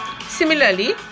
Similarly